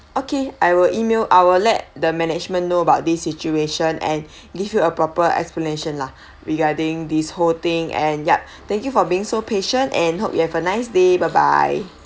okay I will email I will let the management know about this situation and give you a proper explanation lah regarding this whole thing and yup thank you for being so patient and hope you have a nice day bye bye